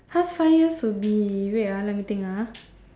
past five years would be wait ah let me think ah